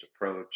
approach